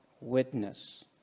witness